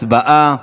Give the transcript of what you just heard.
הצבעה.